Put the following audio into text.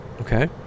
Okay